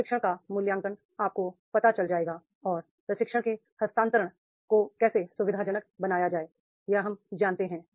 प्रशिक्षण का मूल्यांकन आपको पता चल जाएगा और प्रशिक्षण के हस्तांतरण को कैसे सुविधाजनक बनाया जाए यह हम जानते हैं